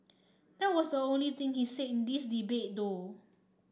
that was the only thing he's said in this debate though